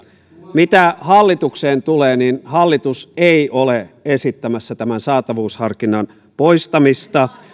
mitä hallitukseen tulee niin hallitus ei ole esittämässä tämän saatavuusharkinnan poistamista